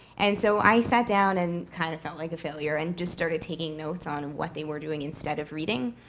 and so i sat down and, kind of, felt like a failure and just started taking notes on what they were doing instead of reading.